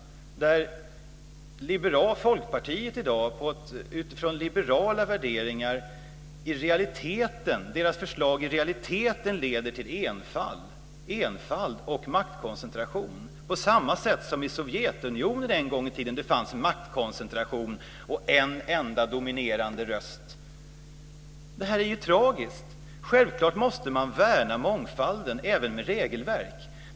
Folkpartiets förslag i dag leder, utifrån liberala värderingar, i realiteten till enfald och maktkoncentration, på samma sätt som det i Sovjetunionen en gång i tiden fanns en maktkoncentration och en enda dominerande röst. Det här är ju tragiskt. Självklart måste man värna mångfalden, även med regelverk.